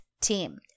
team